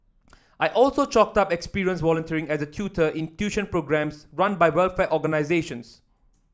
I also chalked up experience volunteering as a tutor in tuition programmes run by welfare organisations